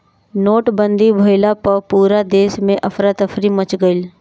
नोटबंदी भइला पअ पूरा देस में अफरा तफरी मच गईल